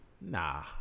Nah